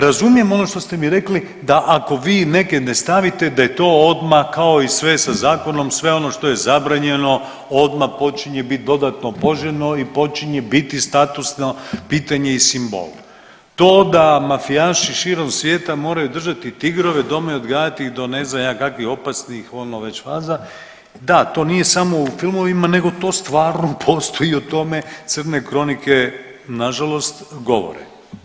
Razumijem ono što ste mi rekli da ako vi neke ne stavite da je to odmah kao i sve sa zakonom sve ono što je zabranjeno odmah počinje biti dodatno poželjno i počinje biti statusno pitanje i simbol, to da mafijaši širom svijeta moraju držati tigrove doma i odgajati ih do ne znam ja kakvih opasnih ono već faza da to nije samo u filmovima nego to stvarno postoji i o tome crne kronike na žalost govore.